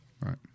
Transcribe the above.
Right